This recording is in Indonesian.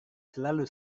selalu